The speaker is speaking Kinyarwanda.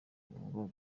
ngo